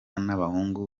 n’abahungu